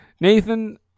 Nathan